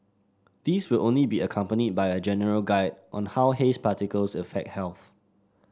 these will only be accompanied by a general guide on how haze particles affect health